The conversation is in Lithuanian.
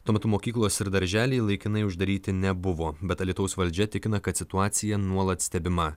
tuo metu mokyklos ir darželiai laikinai uždaryti nebuvo bet alytaus valdžia tikina kad situacija nuolat stebima